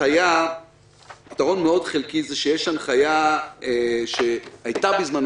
פתרון חלקי מאוד הוא שהייתה בזמנו